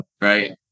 Right